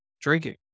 drinking